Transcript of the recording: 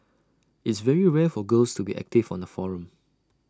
it's very rare for girls to be active on the forum